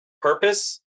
purpose